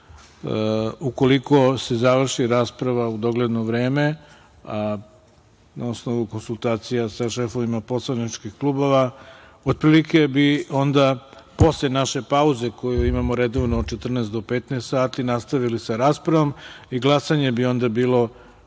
se završi rasprava u dogledno vreme, a na osnovu konsultacija sa šefovima poslaničkih klubova, otprilike bi onda posle naše pauze koju imamo redovno od 14.00 do15.00 časova nastavili sa raspravom i glasanje bi onda bilo